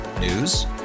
News